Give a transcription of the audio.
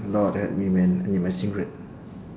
lord help me man I need my cigarette